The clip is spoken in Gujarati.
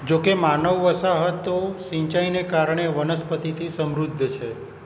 જો કે માનવ વસાહતો સિંચાઈને કારણે વનસ્પતિથી સમૃદ્ધ છે